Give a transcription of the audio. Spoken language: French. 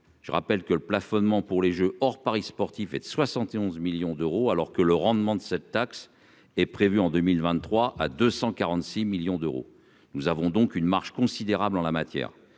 je rappelle que le plafonnement pour les Jeux, or Paris sportifs et de 71 millions d'euros, alors que le rendement de cette taxe est prévue en 2023 à 246 millions d'euros, nous avons donc une marge considérable en la matière